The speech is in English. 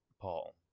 Paul